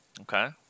Okay